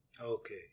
Okay